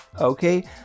okay